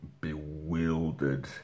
bewildered